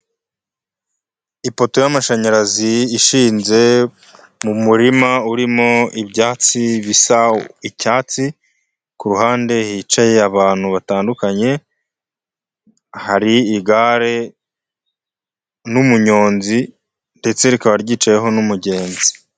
Ipoto y'amashanyarazi ishinze mu muma urimo ibyatsi bisa icyatsi, kuruhande hicaye abantu batandukanye, hari igare n'umuyonzi ndetse rikaba ryicayeho n'umugenzi.